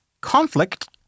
conflict